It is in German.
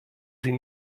sie